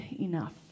enough